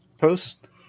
post